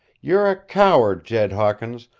you're a coward, jed hawkins,